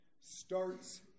starts